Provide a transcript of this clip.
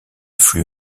flux